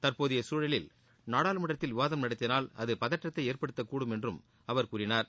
தற்போதைய சூழலில் நாடாளுமன்றத்தில் விவாதம் நடத்தினால் அது பதற்றத்தை ஏற்படுத்தக்கூடும் என்று அவர் கூறினார்